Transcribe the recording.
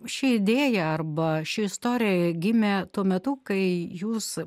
ši idėja arba ši istorija gimė tuo metu kai jūs